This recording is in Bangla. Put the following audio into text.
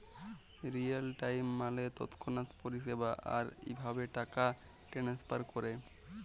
রিয়াল টাইম মালে তৎক্ষণাৎ পরিষেবা, আর ইভাবে টাকা টেনেসফার ক্যরে